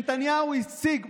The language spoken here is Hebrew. נתניהו השיג,